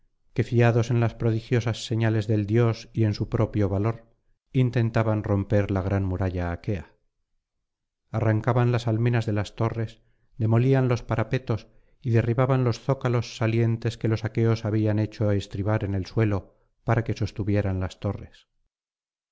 que fiados en las prodigiosas señales del dios y en su propio valor intentaban romper la gran muralla aquea arrancaban las almenas de las torres demolían los parapetos y derribaban los zócalos salientes que los aqueos habían hecho estribar en el suelo para que sostuvieran las torres